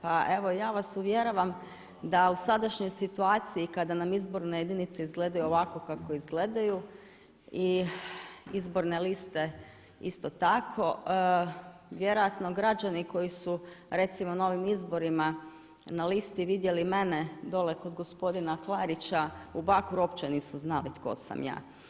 Pa evo ja vas uvjeravam da u sadašnjoj situaciji kada nam izborne jedinice izgledaju ovako kako izgledaju i izborne liste isto tako, vjerojatno građani koji su recimo na ovim izborima na listi vidjeli mene dolje kod gospodina Klarića u Bakru uopće nisu znali tko sam ja.